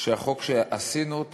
שהחוק שעשינו,